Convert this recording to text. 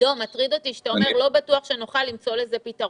מטריד אותי שאתה אומר שלא בטוח שנוכל למצוא לזה פתרון.